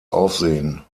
aufsehen